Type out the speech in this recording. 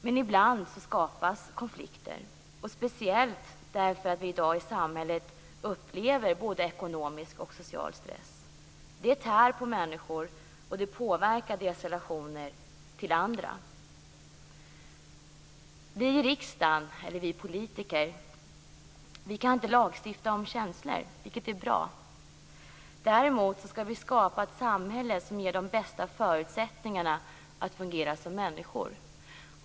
Men ibland skapas konflikter, speciellt därför att vi i dag i samhället upplever både ekonomisk och social stress. Det tär på människor, och det påverkar deras relationer till andra. Vi politiker kan inte lagstifta om känslor, vilket är bra. Däremot skall vi skapa ett samhälle som ger de bästa förutsättningarna för att vi skall fungera som människor.